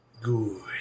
Good